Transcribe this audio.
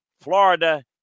Florida